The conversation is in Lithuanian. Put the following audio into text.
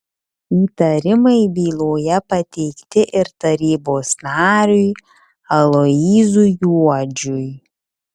įtarimai byloje pateikti ir tarybos nariui aloyzui juodžiui